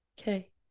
Okay